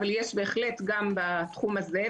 אבל יש בהחלט גם בתחום הזה.